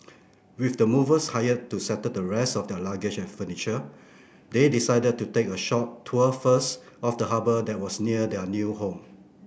with the movers hired to settle the rest of their luggage and furniture they decided to take a short tour first of the harbour that was near their new home